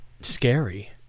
scary